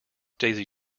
daisy